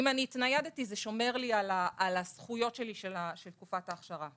אם אני התניידתי זה שומר לי על הזכויות שלי של תקופת האכשרה.